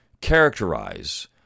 characterize